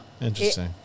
interesting